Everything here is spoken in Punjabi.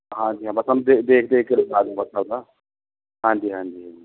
ਹਾਂਜੀ ਹਾਂ ਬਸ ਹਾਂਜੀ ਹਾਂਜੀ ਹਾਂਜੀ